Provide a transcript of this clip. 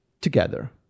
together